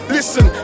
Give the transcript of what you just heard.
Listen